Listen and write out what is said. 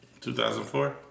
2004